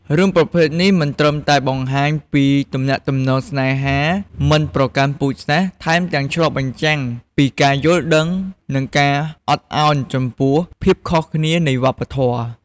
រឿងប្រភេទនេះមិនត្រឹមតែបង្ហាញពីទំនាក់ទំនងស្នេហាមិនប្រកាន់ពូជសាស្រ្ត ថែមទាំងឆ្លុះបញ្ចាំងពីការយល់ដឹង និងការអត់ឱនចំពោះភាពខុសគ្នានៃវប្បធម៌ ។